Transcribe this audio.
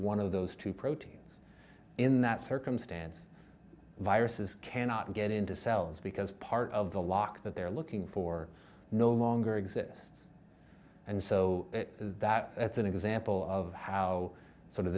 one of those two proteins in that circumstance viruses cannot get into cells because part of the lock that they're looking for no longer exists and so that's an example of how sort of